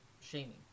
shaming